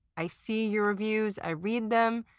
i see your reviews, i read them,